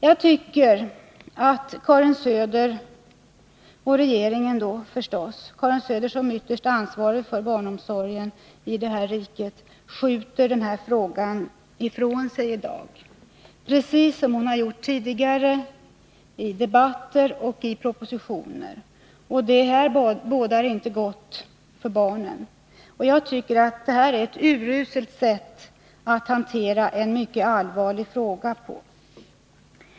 Jag tycker att Karin Söder som den ytterst ansvariga för barnomsorgen här iriket skjuter frågan ifrån sig, precis som hon har gjort tidigare i debatter och propositioner. Det bådar inte gott för barnen. Jag tycker att det är ett uruselt sätt att hantera en mycket allvarlig fråga.